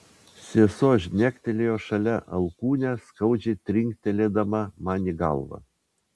sesuo žnektelėjo šalia alkūne skaudžiai trinktelėdama man į galvą